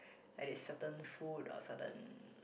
like the certain food or certain